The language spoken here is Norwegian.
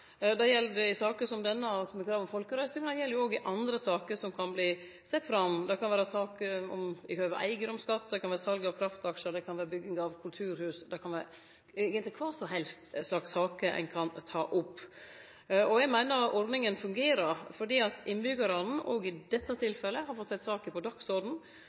Det gjeld i saker som denne med krav om folkerøysting, og det gjeld òg i andre saker som kan verte sette fram. Det kan vere saker om eigedomsskatt, det kan vere om sal av kraftaksjar, og det kan gjelde bygging av kulturhus. Det kan eigentleg vere kva som helst slags saker ein kan ta opp. Eg meiner ordninga fungerer. Innbyggjarane har òg i dette tilfellet fått sette saka på